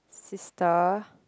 sister